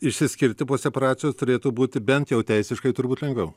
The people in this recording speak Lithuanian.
išsiskirti po separacijos turėtų būti bent jau teisiškai turbūt lengviau